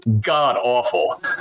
god-awful